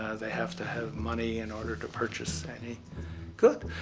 they have to have money in order to purchase any good.